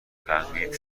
فهمید